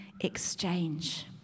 exchange